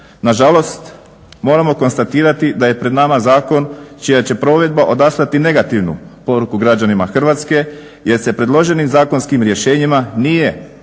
Nažalost, moramo konstatirati da je pred nama zakon čija će provedba odaslati negativnu poruku građanima Hrvatske jer se predloženim zakonskim rješenjima nije uspio